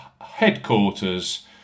headquarters